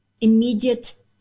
immediate